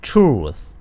Truth